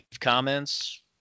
comments